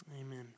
Amen